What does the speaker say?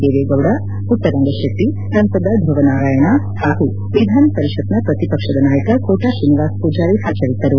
ದೇವೇಗೌಡ ಪುಟ್ಟರಂಗ ಶೆಟ್ಟಿ ಸಂಸದ ದ್ರವನಾರಾಯಣ ಪಾಗೂ ವಿಧಾನಪರಿಷತ್ನ ಪ್ರತಿಪಕ್ಷದ ನಾಯಕ ಕೋಟಾ ಶ್ರೀನಿವಾಸ್ ಮೂಜಾರಿ ಹಾಜರಿದ್ದರು